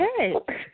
Okay